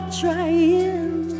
trying